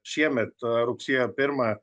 šiemet rugsėjo pirmą